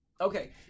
Okay